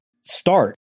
start